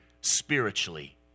spiritually